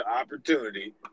opportunity